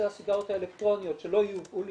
הסיגריות האלקטרוניות שלא ייובאו לישראל,